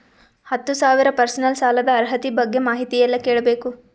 ಹತ್ತು ಸಾವಿರ ಪರ್ಸನಲ್ ಸಾಲದ ಅರ್ಹತಿ ಬಗ್ಗೆ ಮಾಹಿತಿ ಎಲ್ಲ ಕೇಳಬೇಕು?